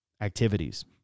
activities